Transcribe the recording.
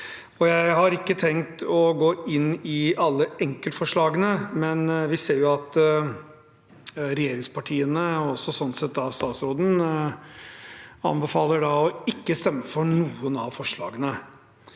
Jeg har ikke tenkt å gå inn i alle enkeltforslagene, men vi ser at regjeringspartiene, og sånn sett da statsråden, anbefaler å ikke stemme for noen av forslagene.